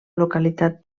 localitat